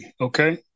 okay